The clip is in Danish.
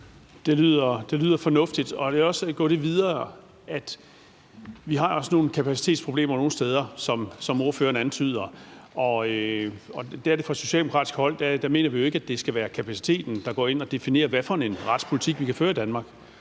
gå lidt videre. Vi har også nogle kapacitetsproblemer nogle steder, som ordføreren antyder, og fra socialdemokratisk hold mener vi jo ikke, at det skal være kapaciteten, der går ind og definerer, hvad for en retspolitik vi kan føre i Danmark.